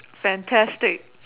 fantastic